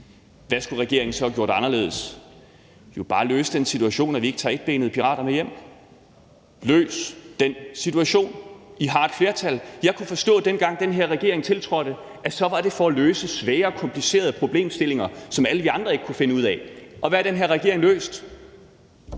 Hvad skulle regeringen så have gjort anderledes? De skulle jo bare have løst den situation, så vi ikke tager etbenede pirater med hjem. Løs den situation! I har et flertal. Jeg kunne forstå, at dengang den her regering tiltrådte, var det for at løse svære og komplicerede problemstillinger, som alle vi andre ikke kunne finde ud af. Og hvad har den her regering løst?